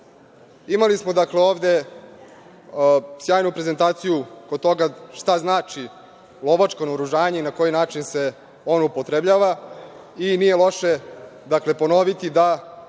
njih. Imali smo ovde sjajnu prezentaciju oko toga šta znači lovačko naoružanje i na koji način se ono upotrebljava i nije loše ponoviti da